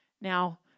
Now